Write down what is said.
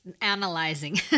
analyzing